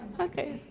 okay.